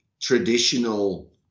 traditional